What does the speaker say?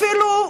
אפילו,